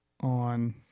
on